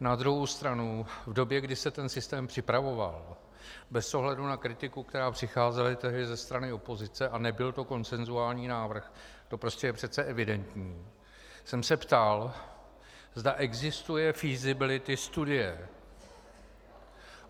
Na druhou stranu v době, kdy se ten systém připravoval, bez ohledu na kritiku, která přicházela tehdy ze strany opozice, a nebyl to konsensuální návrh, to je prostě přece evidentní, jsem se ptal, zda existuje feasibility studie